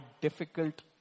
difficult